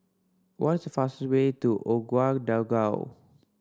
what's the fastest way to Ouagadougou